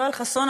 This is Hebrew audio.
יואל חסון,